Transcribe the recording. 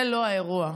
זה לא האירוע.